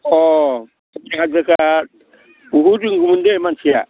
अह बिथाङा गोजाद बहुथ रोंगौमोन दे मानसिया